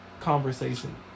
conversation